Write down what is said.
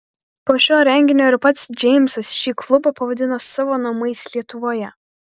po šio renginio ir pats džeimsas šį klubą pavadino savo namais lietuvoje